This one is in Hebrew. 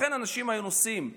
לכן אנשים היו נוסעים לקפריסין,